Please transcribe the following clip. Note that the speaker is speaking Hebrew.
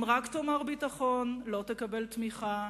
אם תאמר רק ביטחון, לא תקבל תמיכה.